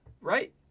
Right